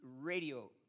radio